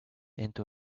into